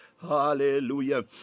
Hallelujah